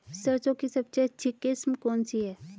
सरसों की सबसे अच्छी किस्म कौन सी है?